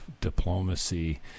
diplomacy